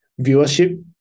viewership